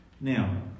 Now